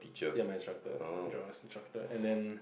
ya my instructor drama's instructor and then